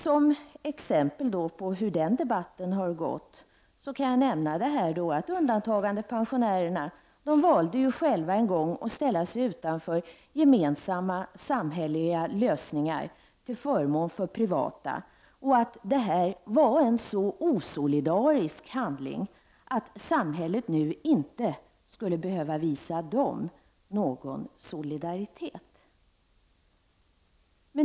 Som exempel på hur den debatten har gått kan jag nämna att man har menat att undantagandepensionärerna själva en gång valde att ställa sig utanför gemensamma samhälleliga lösningar till förmån för privata, och att detta var en så osolidarisk handling att samhället nu inte skulle behöva visa dem någon solidaritet.